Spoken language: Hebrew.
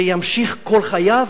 שימשיך בכך כל חייו,